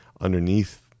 underneath